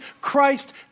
Christ